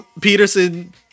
Peterson